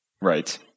Right